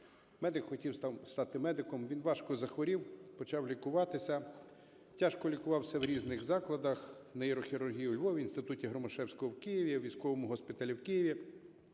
медик хотів стати медиком, він важко захворів, почав лікуватися, тяжко лікувався в різних закладах: нейрохірургії у Львові, Інституті Громашевського в Києві, в військовому госпіталі в Києві.